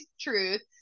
truth